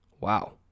wow